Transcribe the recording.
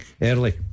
early